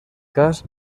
cas